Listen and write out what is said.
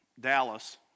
Dallas